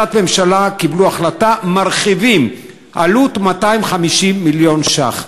קיבלו החלטת ממשלה שמרחיבים בעלות של 250 מיליון ש"ח.